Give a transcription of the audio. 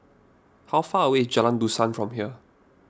how far away is Jalan Dusan from here